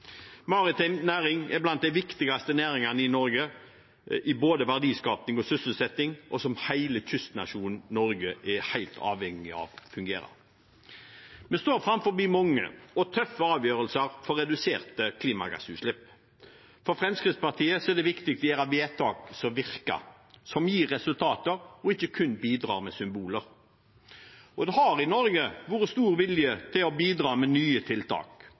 Maritim næring er blant de viktigste næringene i Norge i både verdiskaping og sysselsetting, og en næring hele kystnasjonen Norge er helt avhengig av at fungerer. Vi står foran mange og tøffe avgjørelser for reduserte klimagassutslipp. For Fremskrittspartiet er det viktig å gjøre vedtak som virker, som gir resultater, og som ikke kun bidrar med symboler. Og det har i Norge vært stor vilje til å bidra med nye tiltak.